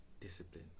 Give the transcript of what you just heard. discipline